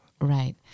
right